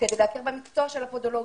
המקצוע של הפדולוגים.